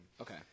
Okay